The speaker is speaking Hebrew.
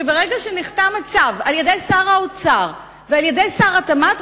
שברגע שנחתם הצו על-ידי שר האוצר ועל-ידי שר התמ"ת,